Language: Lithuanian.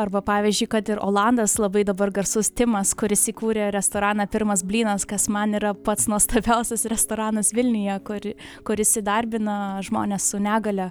arba pavyzdžiui kad ir olandas labai dabar garsus timas kuris įkūrė restoraną pirmas blynas kas man yra pats nuostabiausias restoranas vilniuje kuri kuris įdarbina žmones su negalia